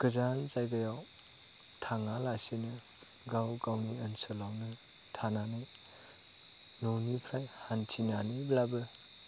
गोजान जायगायाव थाङा लासिनो गाव गावनि ओनसोलावनो थानानै न'निफ्राय हान्थिनानैब्लाबो